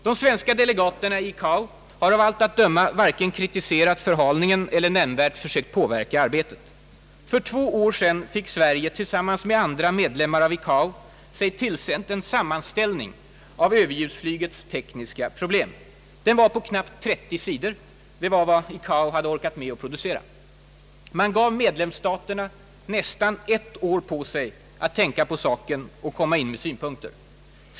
De svenska delegaterna vid ICAO har av allt att döma varken kritiserat förhalningen eller nämnvärt försökt påverka arbetet. För två år sedan fick Sverige tillsammans med andra medlemmar av ICAO sig tillsänt en sammanställning av överljudsflygets tekniska problem. Den var på knappt 30 sidor — det var vad ICAO hade orkat med att producera. Man gav medlemsstaterna nästan ett år på sig att tänka på saken och komma in med synpunkter.